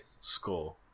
score